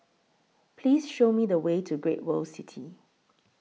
Please Show Me The Way to Great World City